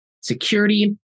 security